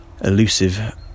elusive